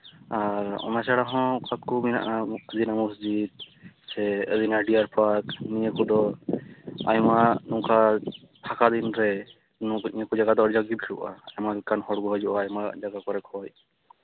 ᱟᱨ ᱚᱱᱟ ᱪᱷᱟᱲᱟ ᱦᱚᱸ ᱟᱹᱫᱤᱱᱟ ᱢᱚᱥᱡᱤᱫᱽ ᱥᱮ ᱟᱹᱫᱤᱱᱟ ᱰᱤᱭᱟᱨ ᱯᱟᱨᱠ ᱱᱤᱭᱟᱹ ᱠᱚᱫᱚ ᱟᱭᱢᱟ ᱱᱚᱝᱠᱟ ᱯᱷᱟᱸᱠᱟ ᱫᱤᱱ ᱨᱮ ᱱᱚᱣᱟ ᱠᱚ ᱡᱟᱭᱜᱟ ᱫᱚ ᱟᱹᱰᱤ ᱡᱟᱸᱠ ᱜᱮ ᱵᱷᱤᱲᱚᱜᱼᱟ ᱟᱭᱢᱟ ᱞᱮᱠᱟᱱ ᱦᱚᱲ ᱠᱚ ᱦᱤᱡᱩᱜᱼᱟ ᱟᱭᱢᱟ ᱡᱟᱭᱜᱟ ᱠᱚᱨᱮ ᱠᱷᱚᱡ